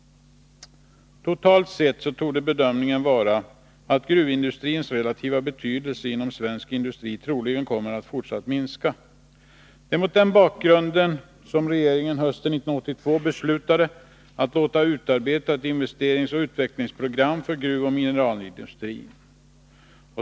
Totalt sett torde bedömningen vara att gruvindustrins relativa betydelse inom svensk industri troligen kommer att fortsätta minska. Det är mot denna bakgrund som regeringen hösten 1982 beslutade att låta utarbeta ett investeringsoch utvecklingsprogram för gruvoch mineralindustrin.